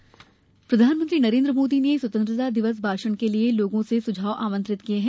PM सुझाव प्रधानमंत्री नरेन्द्र मोदी ने स्वतंत्रता दिवस भाषण के लिये लोगों से सुझाव आमंत्रित किये हैं